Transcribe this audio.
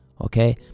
okay